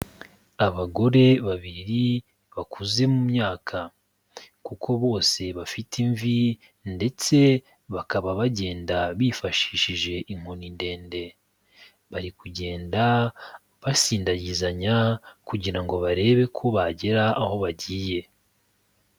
Abagore babiri bakuze mu myaka kuko bose bafite imvi ndetse bakaba bagenda bifashishije inkoni ndende, bari kugenda basindagizanya kugira ngo barebe ko bagera aho bagiye.